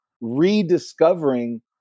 rediscovering